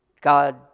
God